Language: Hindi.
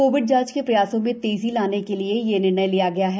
कोविड जांच के प्रयासों में तेजी लाने के लिये ये निर्णय लिया गया है